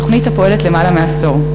תוכנית הפועלת יותר מעשור.